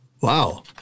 Wow